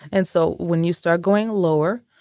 and so when you start going lower,